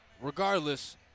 regardless